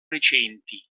recenti